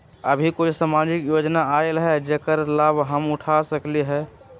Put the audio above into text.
अभी कोई सामाजिक योजना आयल है जेकर लाभ हम उठा सकली ह?